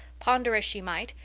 ponder as she might,